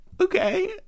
okay